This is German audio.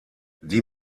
die